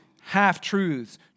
half-truths